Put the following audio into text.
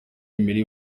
emery